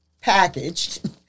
packaged